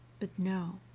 but no,